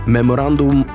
Memorandum